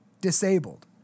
disabled